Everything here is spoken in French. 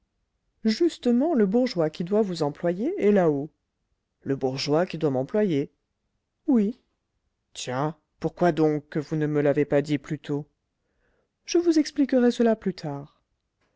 justement le bourgeois qui doit vous employer est là-haut le bourgeois qui doit m'employer oui tiens pourquoi donc que vous ne me l'avez pas dit plus tôt je vous expliquerai cela plus tard